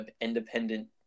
independent